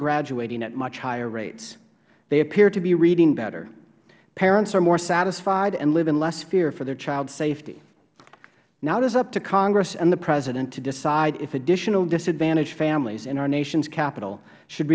graduating at much higher rates they appear to be reading better parents are more satisfied and live in less fear for their child's safety now it is up to congress and the president to decide if additional disadvantaged families in our nation's capital should